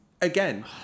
Again